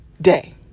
day